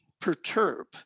perturb